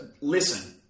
listen